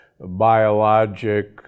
biologic